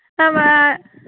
ആ മാ